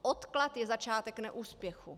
Odklad je začátek neúspěchu.